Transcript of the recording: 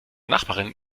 nachbarin